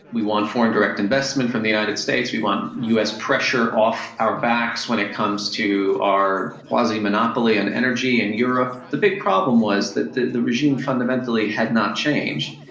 we want foreign direct investment from the united states, we want us pressure off our backs when it comes to our quasi-monopoly on energy in europe. the big problem was that the the regime fundamentally had not changed.